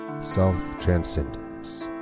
Self-Transcendence